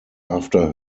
after